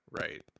Right